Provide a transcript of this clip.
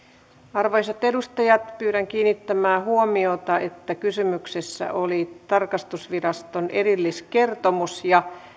arvoisat edustajat pyydän kiinnittämään huomiota että kysymyksessä oli tarkastusviraston erilliskertomus ja